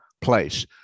place